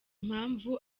mpamvu